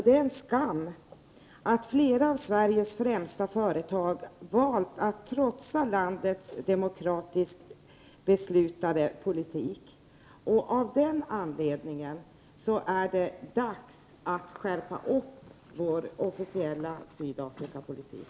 Det är en skam att flera av Sveriges främsta företag valt att trotsa landets demokratiskt beslutade politik. Av den anledningen är det dags att skärpa vår officiella Sydafrikapolitik.